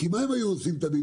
כי מה הם היו עושים תמיד?